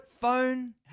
phone